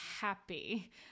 happy